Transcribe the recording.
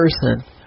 person